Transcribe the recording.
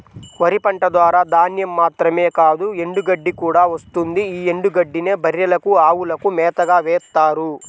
వరి పంట ద్వారా ధాన్యం మాత్రమే కాదు ఎండుగడ్డి కూడా వస్తుంది యీ ఎండుగడ్డినే బర్రెలకు, అవులకు మేతగా వేత్తారు